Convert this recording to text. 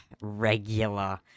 regular